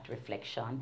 reflection